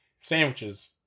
sandwiches